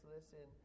Listen